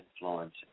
influence